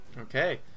Okay